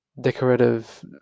decorative